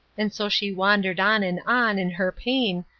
and so she wandered on and on, in her pain,